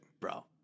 Bro